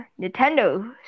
Nintendo